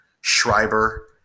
Schreiber